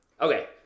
okay